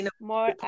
more